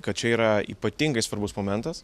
kad čia yra ypatingai svarbus momentas